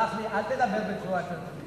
סלח לי, אל תדבר בצורה כזאת.